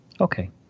Okay